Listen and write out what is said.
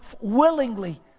willingly